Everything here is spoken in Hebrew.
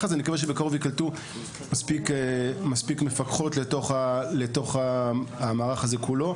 הזה מכיוון שבקרוב ייקלטו מספיק מפקחות לתוך המערך כולו.